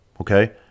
Okay